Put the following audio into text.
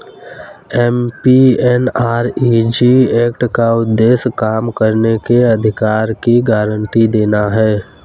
MGNREG act का उद्देश्य काम करने के अधिकार की गारंटी देना है